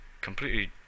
completely